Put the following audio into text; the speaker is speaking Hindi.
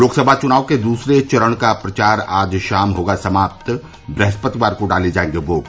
लोकसभा चुनाव के दूसरे चरण का प्रचार आज शाम होगा समाप्त ब्रहस्पतिवार को डाले जायेंगे वोट